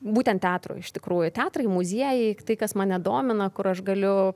būtent teatro iš tikrųjų teatrai muziejai tai kas mane domina kur aš galiu